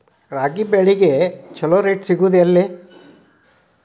ರಾಗಿ ಬೆಳೆಗೆ ಛಲೋ ರೇಟ್ ಸಿಗುದ ಎಲ್ಲಿ?